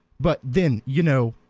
but then, you know,